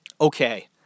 okay